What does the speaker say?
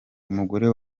umugore